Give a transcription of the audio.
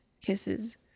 kisses